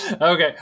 Okay